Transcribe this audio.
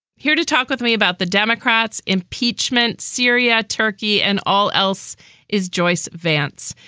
here to talk with me about the democrats impeachment syria turkey and all else is joyce vance.